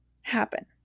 happen